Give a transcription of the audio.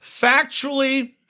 factually